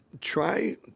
Try